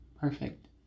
perfect